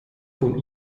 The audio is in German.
von